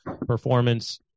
performance